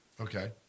Okay